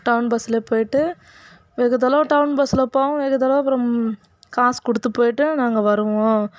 down பஸ்சிலே போய்விட்டு வெகு தொலைவு டவுன் பஸ்சில் போவோம் வெகு தொலைவு அப்புறம் காசு கொடுத்து போய்விட்டு நாங்கள் வருவோம்